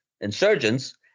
insurgents